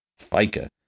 FICA